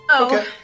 Okay